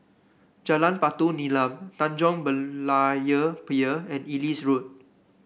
Jalan Batu Nilam Tanjong Berlayer Pier and Ellis Road